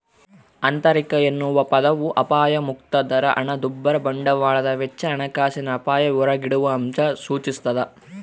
ಆಂತರಿಕ ಎನ್ನುವ ಪದವು ಅಪಾಯಮುಕ್ತ ದರ ಹಣದುಬ್ಬರ ಬಂಡವಾಳದ ವೆಚ್ಚ ಹಣಕಾಸಿನ ಅಪಾಯ ಹೊರಗಿಡುವಅಂಶ ಸೂಚಿಸ್ತಾದ